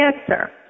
answer